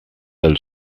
del